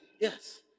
Yes